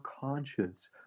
conscious